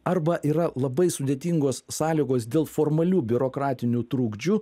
arba yra labai sudėtingos sąlygos dėl formalių biurokratinių trukdžių